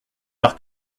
par